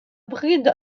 bride